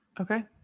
okay